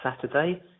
Saturday